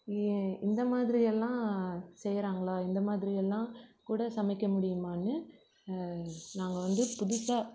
ஏன் இந்தமாதிரியெல்லாம் செய்றாங்களா இந்தமாதிரியெல்லாம் கூட சமைக்க முடியுமான்னு நாங்கள் வந்து புதுசாக